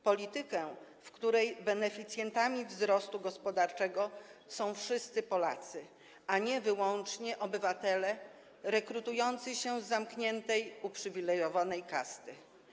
Politykę, w której beneficjentami wzrostu gospodarczego są wszyscy Polacy, a nie wyłącznie obywatele rekrutujący się z zamkniętej, uprzywilejowanej kasty.